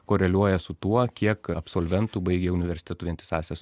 koreliuoja su tuo kiek absolventų baigė universitetų vientisąsias